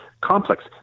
complex